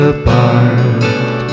apart